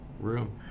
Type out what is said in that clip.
room